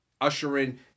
ushering